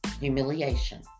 humiliation